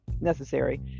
necessary